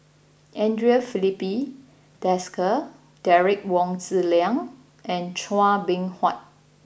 Andre Filipe Desker Derek Wong Zi Liang and Chua Beng Huat